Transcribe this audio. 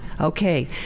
Okay